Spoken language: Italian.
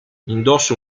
indossa